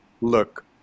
look